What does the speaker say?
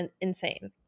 insane